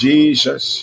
Jesus